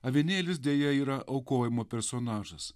avinėlis deja yra aukojimo personažas